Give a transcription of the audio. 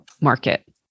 market